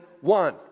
one